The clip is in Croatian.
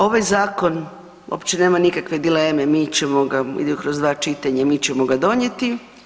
Ovaj zakon uopće nema nikakve dileme mi ćemo ga, ide kroz dva čitanja i mi ćemo ga donijeti.